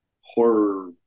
horror